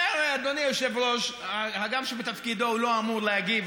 אומר אדוני היושב-ראש הגם שבתפקידו הוא לא אמור להגיב,